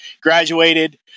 graduated